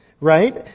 right